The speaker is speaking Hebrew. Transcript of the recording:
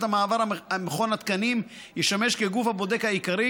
המעבר מכון התקנים ישמש כגוף הבודק העיקרי,